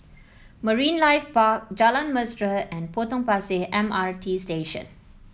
Marine Life Park Jalan Mesra and Potong Pasir M R T Station